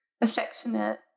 affectionate